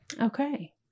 Okay